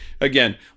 again